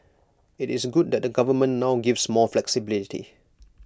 IT is good that the government now gives more flexibility